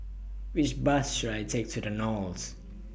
Which Bus should I Take to The Knolls